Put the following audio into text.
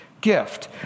gift